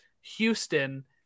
Houston